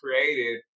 created